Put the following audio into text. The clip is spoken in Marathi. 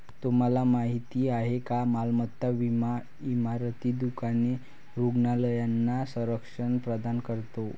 तुम्हाला माहिती आहे का मालमत्ता विमा इमारती, दुकाने, रुग्णालयांना संरक्षण प्रदान करतो